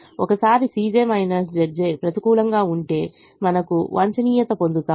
ఒకసారి Cj Zj's ప్రతికూలంగా ఉంటే మనకు వాంఛనీయత పొందుతాము